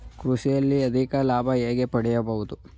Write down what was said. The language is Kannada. ಕೃಷಿಯಲ್ಲಿ ಅಧಿಕ ಲಾಭ ಹೇಗೆ ಪಡೆಯಬಹುದು?